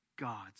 God's